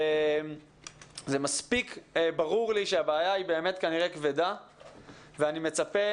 זה מספיק ברור לי שהבעיה היא כנראה כבדה ואני מצפה